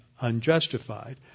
unjustified